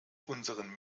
unseren